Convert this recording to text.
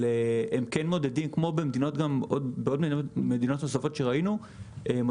וכמו במדינות נוספות שראינו,